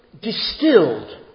distilled